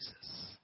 Jesus